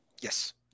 yes